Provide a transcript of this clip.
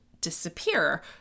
disappear